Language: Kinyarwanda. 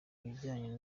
bijyanye